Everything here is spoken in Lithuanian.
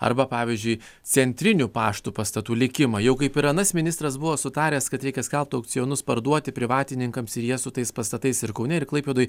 arba pavyzdžiui centrinių paštų pastatų likimą jau kaip ir anas ministras buvo sutaręs kad reikia skelbt aukcionus parduoti privatininkams ir jie su tais pastatais ir kaune ir klaipėdoje